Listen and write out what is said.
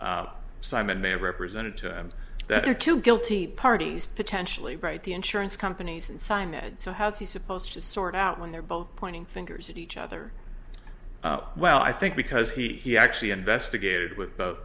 have represented to him that are two guilty parties potentially right the insurance companies and simon and so has he supposed to sort out when they're both pointing fingers at each other well i think because he actually investigated with both